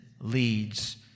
leads